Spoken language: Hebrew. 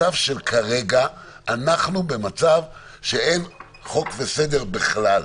כרגע אנחנו במצב שאין חוק וסדר בכלל.